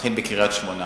מתחיל בקריית-שמונה.